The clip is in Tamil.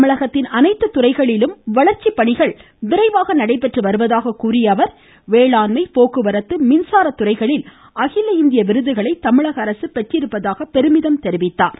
மாநிலத்தில் அனைத்து துறைகளிலும் வளர்ச்சி பணிகள் விரைவாக நடைபெற்று வருவதாக கூறிய அவர் வேளாண்மை போக்குவரத்து மின்சாரத்துறைகளில் அகில இந்திய விருதுகளை தமிழக அரசு பெற்றிருப்பதாக சுட்டிக்காட்டினார்